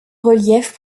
relief